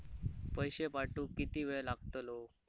पैशे पाठवुक किती वेळ लागतलो?